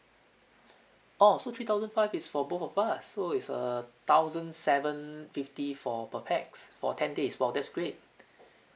orh so three thousand five is for both of us so it's err thousands seven fifty for per pax for ten days !wow! that's great